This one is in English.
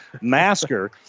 Masker